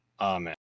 Amen